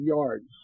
yards